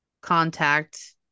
contact